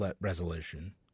resolution